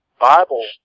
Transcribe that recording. Bible